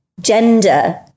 gender